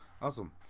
Awesome